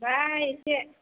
मोनबाय एसे